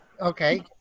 Okay